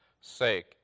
sake